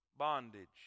bondage